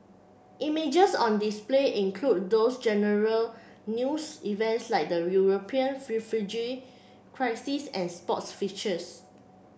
images on display include those general news events like the European refugee crisis and sports features